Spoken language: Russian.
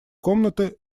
комнаты